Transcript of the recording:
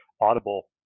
audible